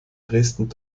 dresden